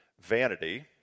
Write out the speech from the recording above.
vanity